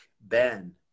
Ben